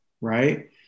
right